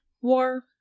war